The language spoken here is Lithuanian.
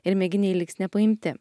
ir mėginiai liks nepaimti